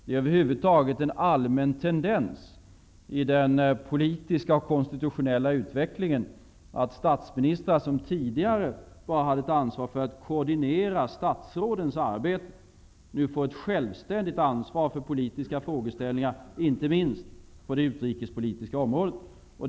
Det är över huvud taget en allmän tendens i den politiska och konstitutionella utvecklingen att statsministrar, som tidigare hade ett ansvar bara för att koordinera statsrådens arbete, nu får ett självständigt ansvar för politiska frågeställningar, inte minst på det utrikespolitiska området.